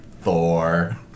Thor